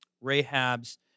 Rahab's